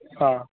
हा